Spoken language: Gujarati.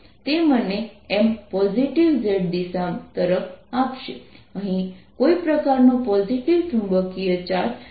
તેથી પ્રોબ્લેમ 3 માં આપણે 02π0cossinddR2r2 2rRcosϕ ϕz z2ગણતરી કરવાની છે